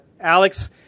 Alex